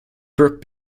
brook